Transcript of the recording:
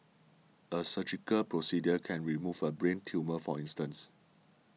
a surgical procedure can remove a brain tumour for instance